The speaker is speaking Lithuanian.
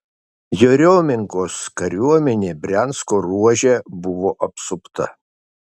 jeriomenkos kariuomenė briansko ruože buvo apsupta